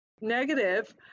negative